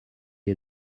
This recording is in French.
est